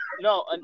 No